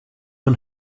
and